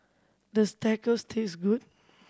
does Tacos taste good